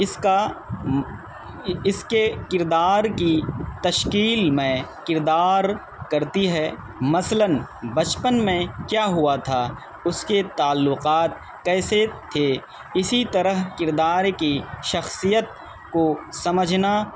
اس کا اس کے کردار کی تشکیل میں کردار کرتی ہے مثلاً بچپن میں کیا ہوا تھا اس کے تعلقات کیسے تھے اسی طرح کردار کی شخصیت کو سمجھنا